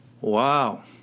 Wow